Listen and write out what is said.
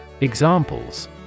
Examples